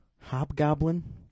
Hobgoblin